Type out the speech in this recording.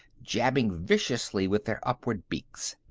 jabbing viciously with their upthrust beaks.